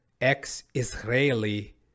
ex-Israeli